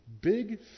big